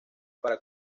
para